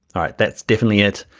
all right, that's definitely it.